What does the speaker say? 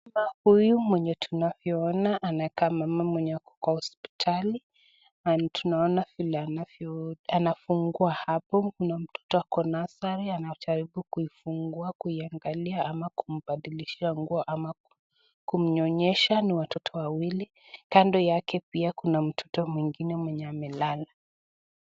Huyu mwenye tunavyoona anakaa mama mwenye ako kwa hospitali, tunaoana vile anavyofungua hapo. kuna mtoto ako nasari anajaribu kuifungua kuiangalia ama kumbadilishia nguo ama kumnyonyesha. Kando yake kuna mtoto mwingine mwenye amelala.